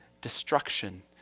destruction